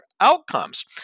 outcomes